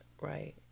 Right